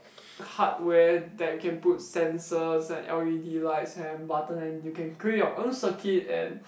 hardware that you can put sensors and l_e_d lights and button and you can create your own circuit and